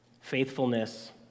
faithfulness